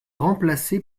remplacé